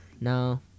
No